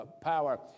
power